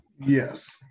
Yes